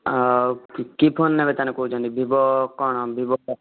ଆଉ କି ଫୋନ ନେବେ ତା'ହେଲେ କହୁଛନ୍ତି ଭିବୋ କ'ଣ ଭିବୋ